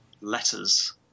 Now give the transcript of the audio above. letters